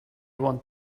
want